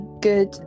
good